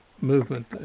movement